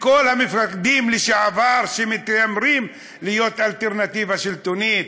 לכל המפקדים לשעבר שמתיימרים להיות אלטרנטיבה שלטונית,